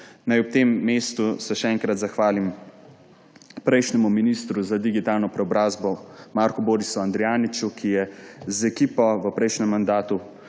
na tem mestu še enkrat zahvalim prejšnjemu ministru za digitalno preobrazbo Marku Borisu Andrijaniču, ki je z ekipo v prejšnjem mandatu